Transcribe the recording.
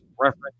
reference